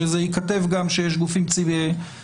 שייכתב גם שיש גופים סביבתיים,